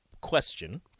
Question